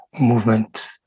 movement